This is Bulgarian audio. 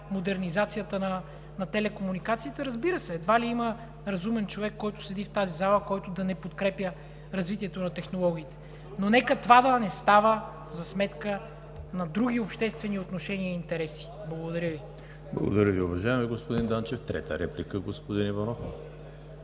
модернизацията на телекомуникациите, разбира се – едва ли има разумен човек, който седи в тази зала, който да не подкрепя развитието на технологиите, но нека това да не става за сметка на други обществени отношения и интереси! Благодаря Ви. ПРЕДСЕДАТЕЛ ЕМИЛ ХРИСТОВ: Благодаря Ви, уважаеми господин Данчев. Трета реплика – господин Иванов.